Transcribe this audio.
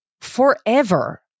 forever